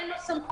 אין לו סמכות.